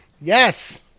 Yes